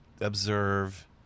observe